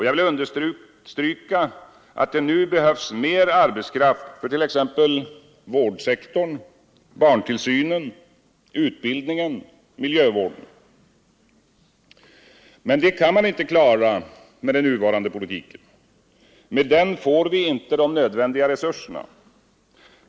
Jag vill understryka att det nu behövs mer arbetskraft för t.ex. vårdsektorn, barntillsynen, utbildningen och miljövården. Men detta kan inte klaras med nuvarande politik. Med den får vi inte de nödvändiga resurserna.